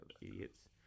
idiots